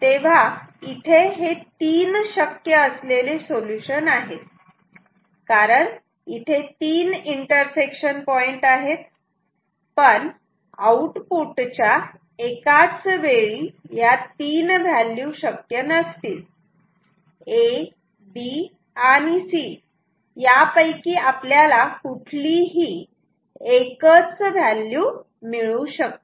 तेव्हा इथे हे तीन शक्य असलेले सोल्युशन आहेत कारण इथे तीन इंटरसेक्शन पॉईंट आहेत पण आउटपुट च्या एकाच वेळी या तीन व्हॅल्यू शक्य नसतील A B आणि C यापैकी आपल्याला कुठलीही एकच व्हॅल्यू मिळू शकते